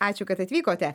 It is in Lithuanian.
ačiū kad atvykote